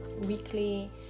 weekly